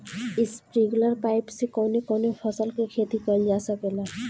Sprinkler pipe से कवने कवने फसल क खेती कइल जा सकेला?